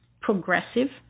progressive